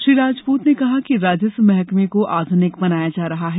श्री राजपूत ने कहा कि राजस्व महकमें को आध्निक बनाया जा रहा है